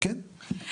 כן.